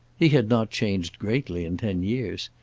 he had not changed greatly in ten years.